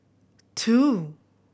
two